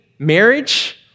Marriage